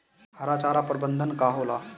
हरा चारा प्रबंधन का होला?